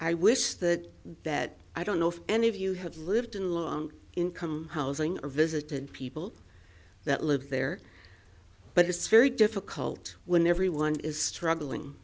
i wish that that i don't know if any of you have lived in low income housing or visited people that live there but it's very difficult when everyone is struggling